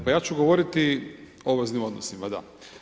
Pa ja ću govoriti o obveznim odnosima, dakle.